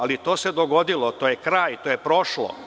Ali, to se dogodilo, to je kraj i to je prošlo.